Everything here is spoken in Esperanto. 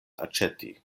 aĉeti